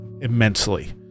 immensely